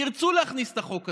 שירצו להכניס את החוק הזה,